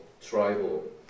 tribal